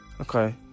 Okay